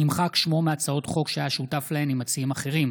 נמחק שמו מהצעות חוק שהיה שותף להן עם מציעים אחרים.